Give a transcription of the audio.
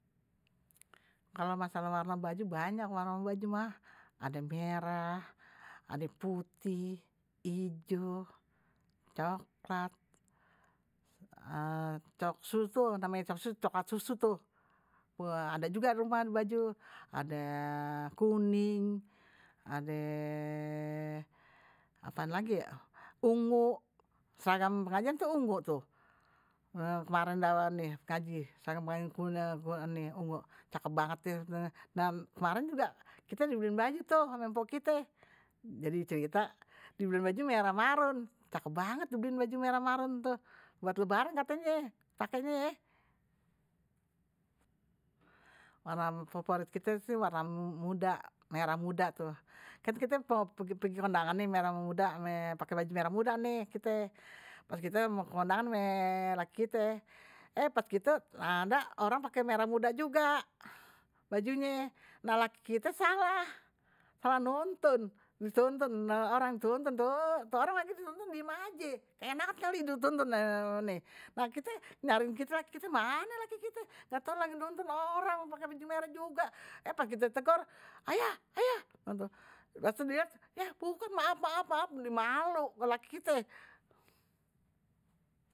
Kalo masalah warna baju banyak baju mah, ada merah, ada putih ijo, coklat ada coksu tuh, namanye coksu coklat susu tuh, ada juga baju ada kuning. ada apaan lagi yak, ungu, seragam pengajian tuh ungu tuh kemaren ngaji, seragam pengajian ntu ungu cakep banget deh, nah kemaren juga kite dibeliin ama mpok kite jadi cerita dibeliin baju merah maroon cakep banget dibeliin baju merah maroon, buat lebaran katenye pake nye ye, warna favorit kite sih warna muda, merah muda tuh, kan kite mao pergi kondangan nih merah muda pake baju merah muda nih kite, kite mao kondangan ama laki kite, eh pas gitu ada orang pake baju merah muda juga bajunye, nah laki kite salah, salah nuntun, orang dituntun, tuh orang dituntun lagi diem aje, keenakan kali dituntun nah kite nyariin mane laki kite, ga taunye lagi nuntun orang, pake baju merah juga, pas kite tegor ayah ayah, pas ntu dilihat ha bukan maaf maaf maaf, die malu laki kite.